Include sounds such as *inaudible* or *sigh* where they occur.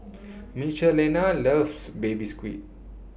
*noise* Michelina loves Baby Squid